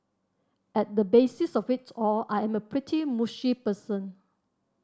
at the basis of it all I am a pretty mushy person